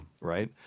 right